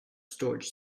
storage